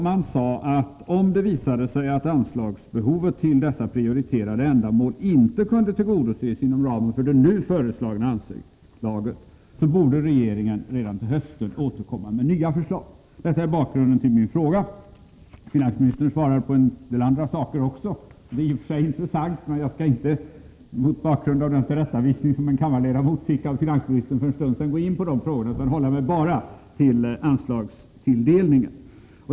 Man sade, att om det visade sig att anslagsbehovet till dessa prioriterade ändamål inte kunde tillgodoses inom ramen för de nu föreslagna anslagen, borde regeringen redan till hösten återkomma med nya förslag. Detta är bakgrunden till min fråga. Finansministern svarar på en del andra saker också. Det är i och för sig intressant, men jag skall inte — mot bakgrund av den tillrättavisning som en kammarledamot fick av finansministern för en stund sedan — gå in på de frågorna, utan bara hålla mig till anslagstilldelningen.